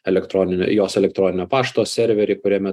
elektroninių jos elektroninio pašto serverį kuriame